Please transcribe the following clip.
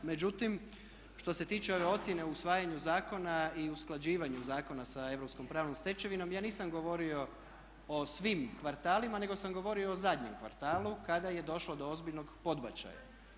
Međutim, što se tiče ove ocjene o usvajanju zakona i usklađivanju zakona sa europskom pravnom stečevinom ja nisam govorio o svim kvartalima nego sam govorio o zadnjem kvartalu kada je došlo do ozbiljnog podbačaja.